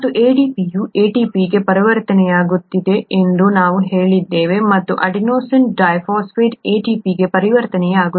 ಮತ್ತು ADP ಯು ATP ಗೆ ಪರಿವರ್ತನೆಯಾಗುತ್ತಿದೆ ಎಂದು ನಾವು ಹೇಳಿದ್ದೇವೆ ಮತ್ತು ಅಡೆನೊಸಿನ್ ಡೈಫಾಸ್ಫೇಟ್ ATP ಗೆ ಪರಿವರ್ತನೆಯಾಗುತ್ತದೆ